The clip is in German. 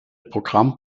programm